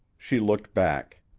she looked back.